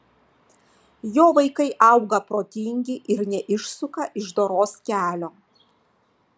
jo vaikai auga protingi ir neišsuka iš doros kelio